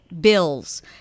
bills